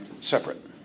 separate